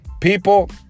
People